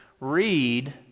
Read